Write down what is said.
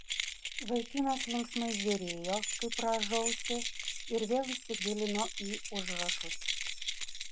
vaikinas linksmai žiūrėjo kaip rąžausi ir vėl įsigilino į užrašus